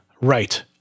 right